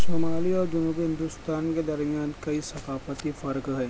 شمالی اور جنوبی ہندوستان کے درمیان کئی ثقافتی فرق ہے